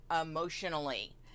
emotionally